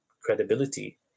credibility